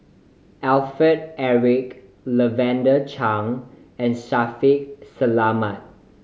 Alfred Eric Lavender Chang and Shaffiq Selamat